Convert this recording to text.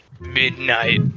Midnight